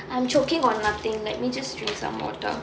I'm choking on nothing let me just drink some water